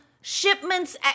shipments